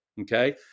Okay